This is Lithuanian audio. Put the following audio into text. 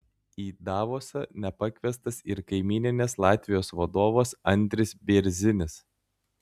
į davosą nepakviestas ir kaimyninės latvijos vadovas andris bėrzinis